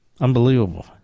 Unbelievable